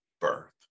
birth